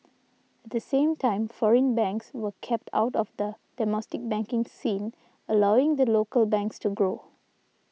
at the same time foreign banks were kept out of the domestic banking scene allowing the local banks to grow